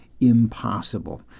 impossible